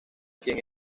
quien